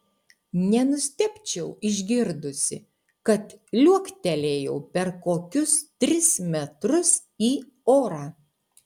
nenustebčiau išgirdusi kad liuoktelėjau per kokius tris metrus į orą